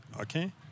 Okay